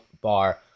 Bar